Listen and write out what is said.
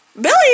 Billy